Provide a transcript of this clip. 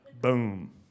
Boom